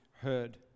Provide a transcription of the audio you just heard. heard